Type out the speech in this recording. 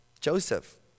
Joseph